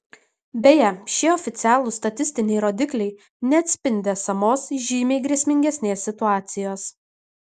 beje šie oficialūs statistiniai rodikliai neatspindi esamos žymiai grėsmingesnės situacijos